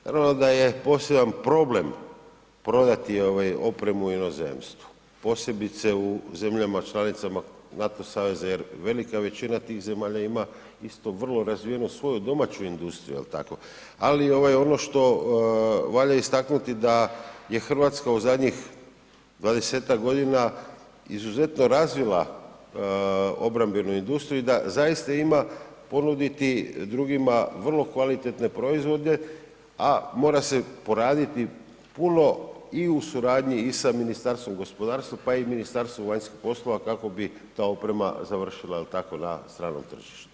Naravno da je, postoji jedan problem prodati ovaj opremu u inozemstvu, posebice u zemljama članicama NATO saveza jer velika većina tih zemalja ima isto vrlo razvijenu svoju domaću industriju jel tako, ali ovaj ono što valja istaknuti da je Hrvatska u zadnjih 20-tak godina izuzetno razvila obrambenu industriju i da zaista ima ponuditi drugima vrlo kvalitetne proizvode, a mora se poraditi puno i u suradnji i sa Ministarstvom gospodarstva, pa i Ministarstvom vanjskih poslova kako bi ta oprema završila jel tako na stranom tržištu.